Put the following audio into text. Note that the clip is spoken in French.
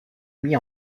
mis